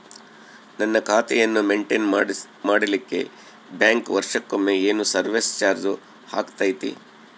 ನನ್ನ ಖಾತೆಯನ್ನು ಮೆಂಟೇನ್ ಮಾಡಿಲಿಕ್ಕೆ ಬ್ಯಾಂಕ್ ವರ್ಷಕೊಮ್ಮೆ ಏನು ಸರ್ವೇಸ್ ಚಾರ್ಜು ಹಾಕತೈತಿ?